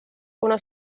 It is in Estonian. kuna